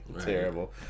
Terrible